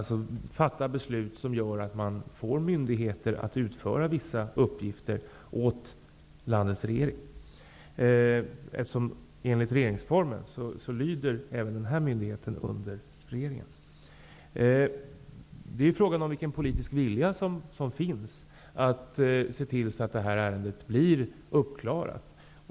Den kan fatta beslut som gör att man får myndigheter att utföra vissa uppgifter åt landets regering. Enligt regeringsformen lyder även den här myndigheten under regeringen. Det är en fråga om vilken politisk vilja som finns för att se till att det här ärendet blir uppklarat.